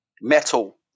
metal